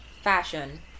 fashion